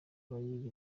abiga